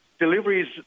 Deliveries